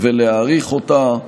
ולהאריך אותה,